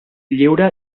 lliure